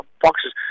boxes